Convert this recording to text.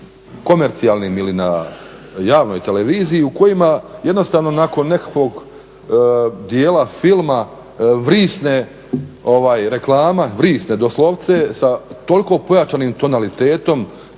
komercijalnim ili na javnoj televiziji u kojima jednostavno nakon nekakvog dijela filma vrisne reklama, vrisne doslovce sa toliko pojačanim tonalitetom,